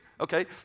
Okay